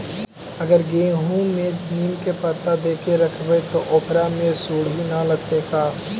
अगर गेहूं में नीम के पता देके यखबै त ओकरा में सुढि न लगतै का?